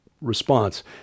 response